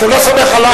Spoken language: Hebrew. אתה לא סומך עלי?